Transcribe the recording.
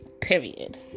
period